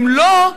אם לא,